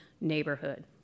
neighborhood